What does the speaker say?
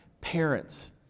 Parents